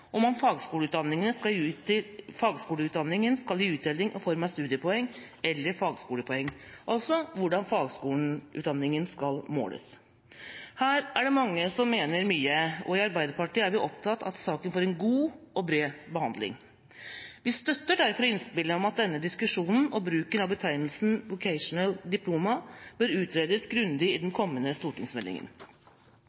spørsmålet om fagskoleutdanningen skal gi uttelling i form av studiepoeng eller fagskolepoeng, altså hvordan fagskoleutdanningen skal måles. Her er det mange som mener mye, og i Arbeiderpartiet er vi opptatt av at saken får en god og bred behandling. Vi støtter derfor innspillet om at denne diskusjonen og bruken av betegnelsen Vocational Diploma bør utredes grundig i den